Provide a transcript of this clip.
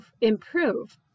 improve